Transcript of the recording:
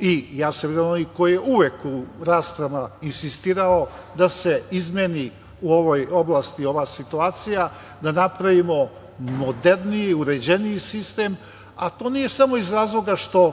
i ja sam onaj koji je uvek u raspravama insistirao da se izmeni u ovoj oblasti ova situacija, da napravimo moderniji, uređeniji sistem, a to nije samo iz razloga što